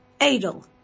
Adel